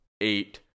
eight